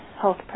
health